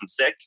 2006